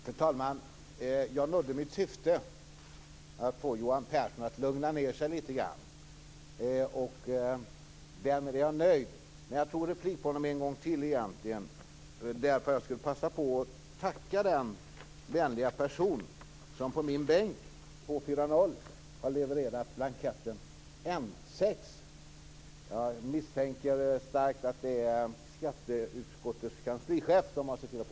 Fru talman! Jag nådde mitt syfte att få Johan Pehrson att lugna ned sig lite grann. Därmed är jag nöjd, men jag begärde replik en gång till för att tacka den vänliga person som på min bänk har lagt fram blanketten N6. Jag misstänker starkt att det är skatteutskottets kanslichef som har gjort det.